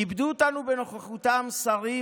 כיבדו אותנו בנוכחותם השרים,